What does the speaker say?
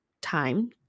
time